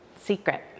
secret